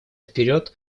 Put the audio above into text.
вперед